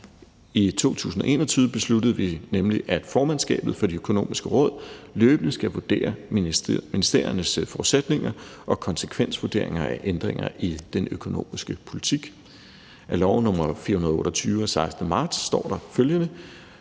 I 2021 besluttede vi nemlig, at formandskabet for Det Økonomiske Råd løbende skal vurdere ministeriernes forudsætninger og konsekvensvurderinger af ændringer i den økonomiske politik. I lov nr. 428 af 16. marts 2021 står der følgende: